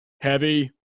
heavy